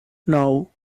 nou